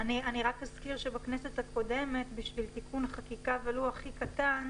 אני רק אזכיר שבכנסת הקודמת בשביל תיקון החקיקה ולו הכי קטן